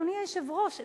אדוני היושב-ראש,